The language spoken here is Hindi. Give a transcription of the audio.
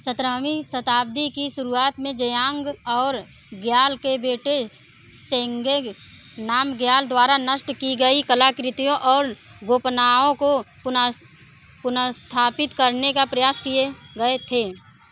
सत्रहवीं शताब्दी की शुरुआत में जम्यांग और ग्याल के बेटे सेंगेग नामग्याल द्वारा नष्ट की गई कलाकृतियों और गोपनाओं को पुनर पुनर्स्थापित करने का प्रयास किए गए थे